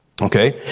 Okay